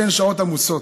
שהן שעות עמוסות?